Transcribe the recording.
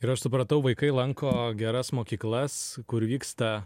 ir aš supratau vaikai lanko geras mokyklas kur vyksta